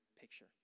picture